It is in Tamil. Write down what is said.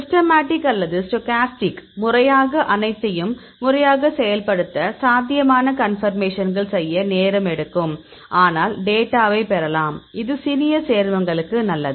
சிஸ்ட்மேடிக் அல்லது ஸ்டோக்காஸ்டிக் முறையாக அனைத்தையும் முறையாக செயல்படுத்த சாத்தியமான கன்பர்மேஷன்கள் செய்ய நேரம் எடுக்கும் ஆனால் டேட்டாவை பெறலாம் இது சிறிய சேர்மங்களுக்கு நல்லது